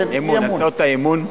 כן, אי-אמון.